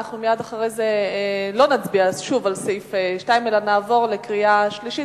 אנחנו מייד אחרי זה לא נצביע שוב על סעיף 2 אלא נעבור לקריאה שלישית,